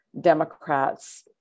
Democrats